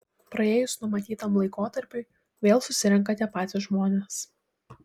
praėjus numatytam laikotarpiui vėl susirenka tie patys žmonės